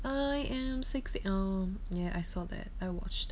I am sixteen oh ya I saw that I watched